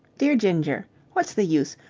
dear ginger what's the use?